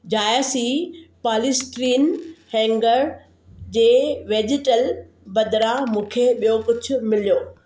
जायसी polystyrene hanger जे vegetable बदिरां मूंखे ॿियो कुझु मिलियो